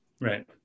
Right